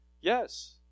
yes